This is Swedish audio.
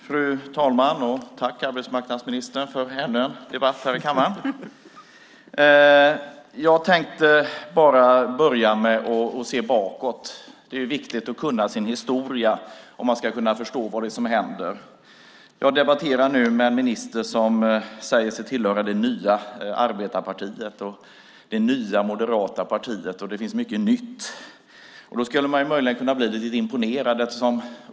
Fru talman! Tack, arbetsmarknadsministern, för ännu en debatt här i kammaren! Jag tänkte börja med att se bakåt. Det är viktigt att kunna sin historia om man ska kunna förstå vad som händer. Jag debatterar nu med en minister som säger sig tillhöra det nya arbetarpartiet och det nya moderata partiet. Det finns mycket nytt. Då skulle man kunna bli lite imponerad.